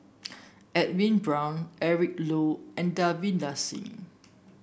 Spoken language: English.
Edwin Brown Eric Low and Davinder Singh